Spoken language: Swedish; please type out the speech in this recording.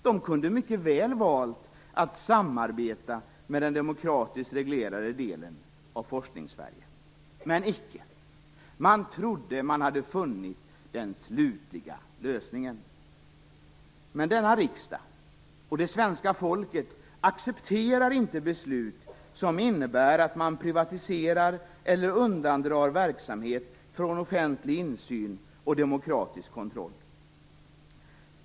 De kunde mycket väl ha valt att samarbeta med den demokratiskt reglerade delen av Forskningssverige. Men icke! Man trodde att man hade funnit den slutliga lösningen. Men denna riksdag, och det svenska folket, accepterar inte beslut som innebär att man privatiserar eller undandrar verksamhet från offentlig insyn och demokratisk kontroll.